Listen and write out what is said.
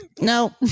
no